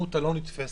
האלימות הלא נתפסת,